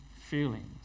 feelings